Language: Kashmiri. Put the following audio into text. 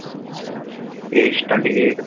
ایج چھِ ٹونٹی ایٹ